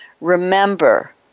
Remember